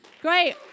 Great